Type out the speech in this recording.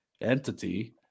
entity